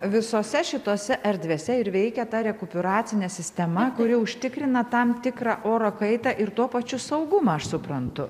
visose šitose erdvėse ir veikia ta rekuperacinė sistema kuri užtikrina tam tikrą oro kaitą ir tuo pačiu saugumą aš suprantu